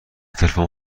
تلفن